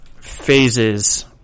phases